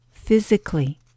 physically